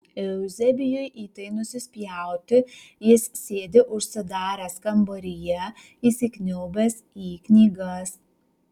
euzebijui į tai nusispjauti jis sėdi užsidaręs kambaryje įsikniaubęs į knygas